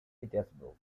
pétersbourg